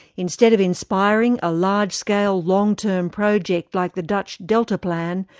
instead of inspiring a large-scale long-term project like the dutch delta plan,